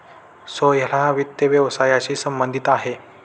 सोहेल हा वित्त व्यवसायाशी संबंधित आहे